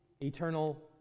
eternal